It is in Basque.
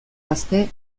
gazte